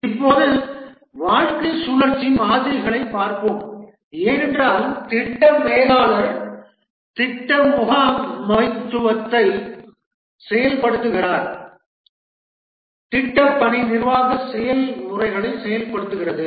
இப்போது வாழ்க்கைச் சுழற்சி மாதிரிகளைப் பார்ப்போம் ஏனென்றால் திட்ட மேலாளர் திட்ட முகாமைத்துவத்தை செயல்படுத்துகிறார் திட்டப்பணி நிர்வாக செயல்முறைகளை செயல்படுத்துகிறது